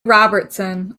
robertson